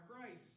grace